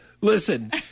listen